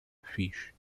fish